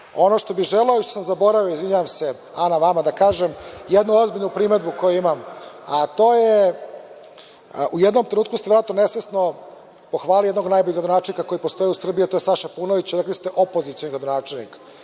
što bih želeo, što sam zaboravio, izvinjavam se, Ana vama da kažem, jednu ozbiljnu primedbu koju imam, a to je, u jednom trenutku ste verovatno nesvesno pohvalili jednog najboljeg gradonačelnika koji postoji u Srbiji, a to je Saša Paunović. Rekli ste opozicionog gradonačelnika.